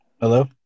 Hello